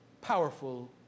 powerful